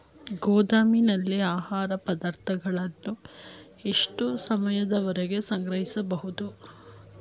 ಗೋದಾಮಿನಲ್ಲಿ ಆಹಾರ ಪದಾರ್ಥಗಳನ್ನು ಎಷ್ಟು ಸಮಯದವರೆಗೆ ಸಂಗ್ರಹಿಸಬಹುದು?